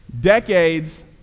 Decades